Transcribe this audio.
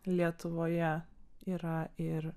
lietuvoje yra ir